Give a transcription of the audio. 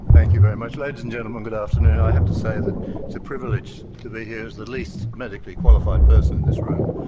thank you very much. ladies and gentlemen, good afternoon, i have to say that it's a privilege to be here as the least medically qualified person in this room,